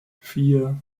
vier